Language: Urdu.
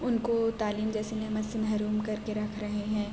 ان کو تعلیم جیسی نعمت سے محروم کر کے رکھ رہے ہیں